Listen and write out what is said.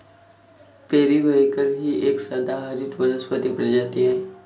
periwinkle ही एक सदाहरित वनस्पती प्रजाती आहे